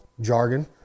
jargon